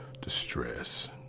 distress